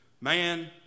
man